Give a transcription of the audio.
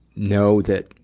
know that